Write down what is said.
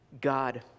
God